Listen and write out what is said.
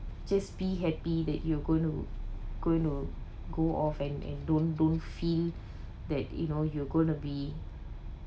just be happy that you're going to going to go off and and don't don't feel that you know you're going to be